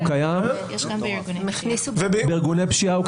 הוא קיים בארגוני פשיעה.